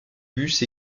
bus